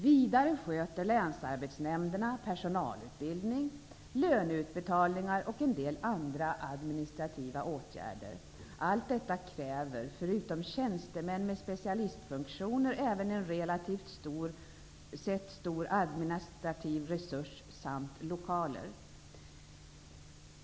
Vidare sköter länsarbetsnämnderna personalutbildning, löneutbetalningar och en del andra administrativa åtgärder. Allt detta kräver, förutom tjänstemän med specialistfunktioner, en relativt sett stor administrativ resurs samt lokaler.